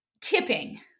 tipping